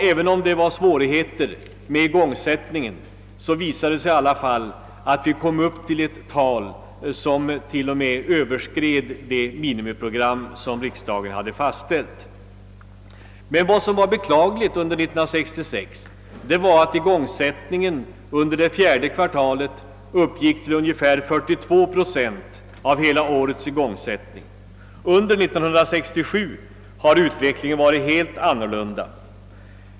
även om det var svårigheter med igångsättningen, visade det sig att vi i alla fall kom upp till ett tal som till och med överskred det minimiprogram som riksdagen hade fastställt. Vad som emellertid var beklagligt under 1966 var att igångsättningen under det fjärde kvartalet uppgick till hela 42 procent av hela årets igångsättning. Under 1967 har utvecklingen varit helt annorlunda.